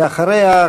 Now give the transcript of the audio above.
ואחריה,